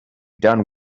done